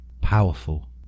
powerful